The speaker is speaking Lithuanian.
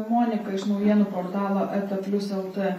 monika iš naujienų portalo etaplius lt